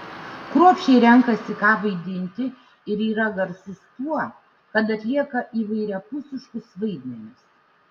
kruopščiai renkasi ką vaidinti ir yra garsus tuo kad atlieka įvairiapusiškus vaidmenis